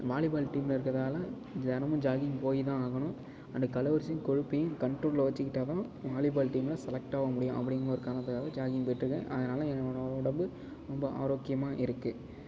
volleyball டீமில் இருக்கிறதால தினமும் ஜாகிங் போயிதான் ஆகணும் அண்ட் கலோரீஸையும் கொழுப்பையும் கண்ட்ரோலில் வச்சுக்கிட்டாதான் வாலிபால் டீமில் செலக்ட் ஆக முடியும் அப்படிங்கிற ஒரு காரணத்துக்காக ஜாகிங் போயிட்டுருக்கேன் அதனால் என்னோடய உடம்பு ரொம்ப ஆரோக்கியமாக இருக்கு